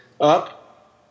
up